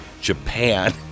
Japan